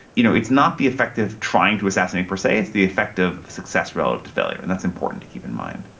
you know, it's not the effect of trying to assassinate per se, it's the effect of success relative to failure, and that's important to keep in mind.